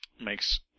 makes